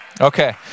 Okay